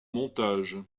montage